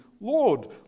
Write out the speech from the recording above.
Lord